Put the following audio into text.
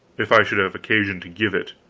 if i should have occasion to give it